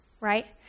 right